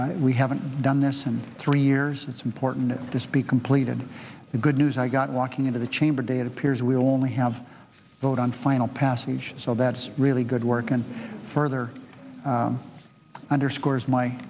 we haven't done this and three years it's important that this be completed the good news i got walking into the chamber day it appears we only have a vote on final passage so that's really good work and further underscores my